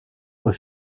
aux